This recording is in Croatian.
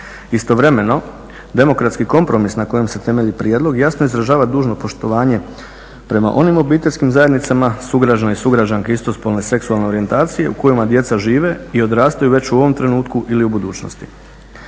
Istovremeno demokratski kompromis na kojem se temelji prijedlog jasno izražava dužno poštovanje prema onim obiteljskim zajednicama sugrađana i sugrađanki istospole seksualne orijentacije u kojima djeca žive i odrastaju već u ovom trenutku ili u budućnosti.